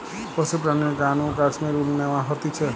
পশুর প্রাণীর গা নু কাশ্মীর উল ন্যাওয়া হতিছে